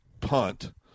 punt